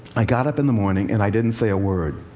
i got up in the morning and i didn't say a word.